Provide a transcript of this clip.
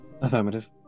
Affirmative